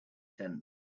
tent